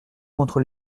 contre